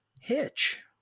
Hitch